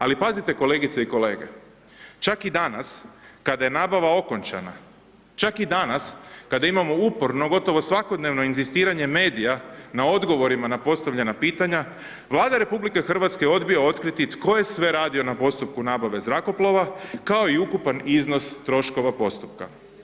Ali pazite kolegice i kolege, čak i danas kada je nabava okončana, čak i danas kada imamo uporno, gotovo svakodnevno inzistiranje medija na odgovorima na postavljena pitanja, Vlada RH odbija otkriti tko je sve radio na postupku nabave zrakoplova kao i ukupan iznos troškova postupka.